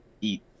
eat